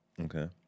Okay